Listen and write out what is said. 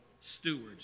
stewards